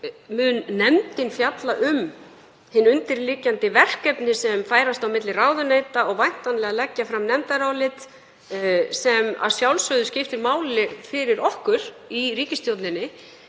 mun nefndin fjalla um hin undirliggjandi verkefni sem færast á milli ráðuneyta og væntanlega leggja fram nefndarálit sem skiptir máli fyrir okkur í ríkisstjórninni